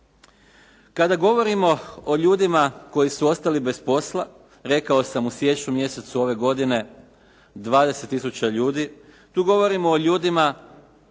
Kada govorimo o ljudima koji su ostali bez posla rekao sam u siječnju mjesecu ove godine 20 tisuća ljudi tu govorimo o ljudima